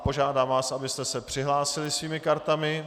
Požádám vás, abyste se přihlásili svými kartami.